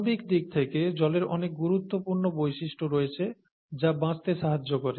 আণবিক দিক থেকে জলের অনেক গুরুত্বপূর্ণ বৈশিষ্ট্য রয়েছে যা বাঁচতে সাহায্য করে